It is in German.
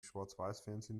schwarzweißfernsehen